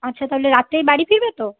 আচ্ছা তাহলে রাতেই বাড়ি ফিরবে তো